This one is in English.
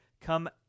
come